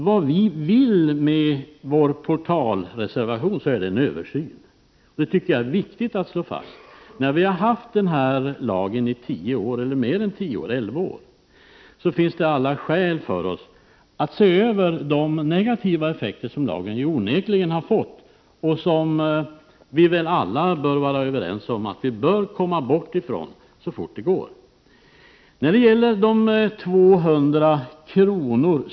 Vad vi vill med vår portalreservation är en översyn, och det tycker jag är viktigt att slå fast. När vi har haft den här lagen i mer än tio år finns det alla skäl att se över de negativa effekter som lagen onekligen har fått och som väl alla kan vara överens om att man bör komma bort ifrån så fort det går. När det gäller de 200 kr.